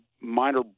minor